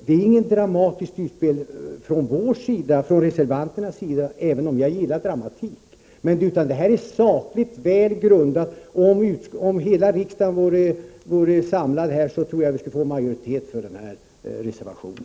Det är inget dramatiskt utspel från reservanternas sida, även om jag gillar dramatik, utan vår ståndpunkt är sakligt väl grundad. Om hela riksdagen vore samlad här, tror jag att vi skulle få majoritet för vår reservation.